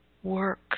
work